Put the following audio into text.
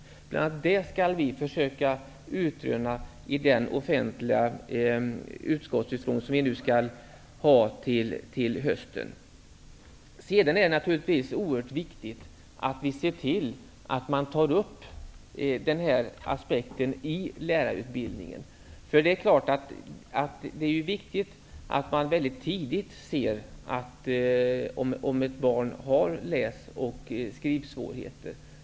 Det är bl.a. det som vi skall försöka utröna i den offentliga utskottsutfrågning som vi skall ha till hösten. Det är naturligtvis också oerhört viktigt att vi ser till att man tar upp den här aspekten i lärarutbildningen. Det är viktigt att man mycket tidigt ser om ett barn har läs och skrivsvårigheter.